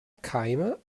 keime